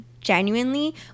genuinely